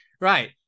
Right